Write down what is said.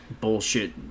bullshit